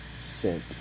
sent